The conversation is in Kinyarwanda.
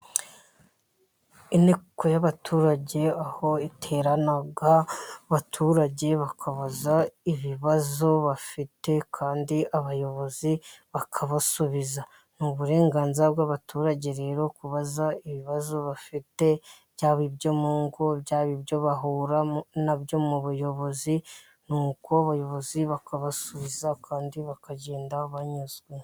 Inteko y'abaturage aho iterana, baturage bakabaza ibibazo bafite kandi abayobozi bakabasubiza, ni uburenganzira bw'abaturage rero kubaza ibibazo bafite byaba ibyo mu ngo, byaba ibyo bahura nabyo mu buyobozi, nuko abayobozi bakabasubiza kandi bakagenda banyuzwe.